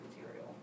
material